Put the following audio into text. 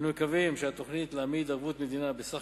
אנו מקווים שהתוכנית להעמיד ערבות מדינה בסך